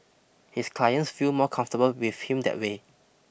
his clients feel more comfortable with him that way